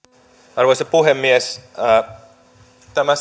arvoisa puhemies tämä